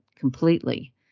completely